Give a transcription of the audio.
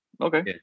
Okay